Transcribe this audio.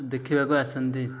ଦେଖିବାକୁ ଆସନ୍ତି